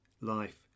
Life